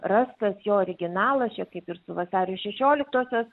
rastas jo originalas čia kaip ir su vasario šešioliktosios